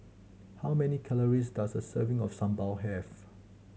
how many calories does a serving of sambal have